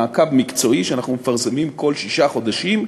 מעקב מקצועי,